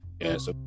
Yes